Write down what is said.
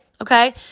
okay